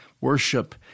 worship